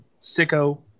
Sicko